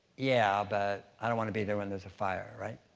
yeah, but i don't wanna be there when there's a fire, right?